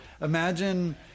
imagine